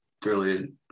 Brilliant